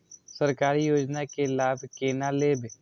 सरकारी योजना के लाभ केना लेब?